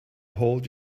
hold